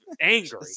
angry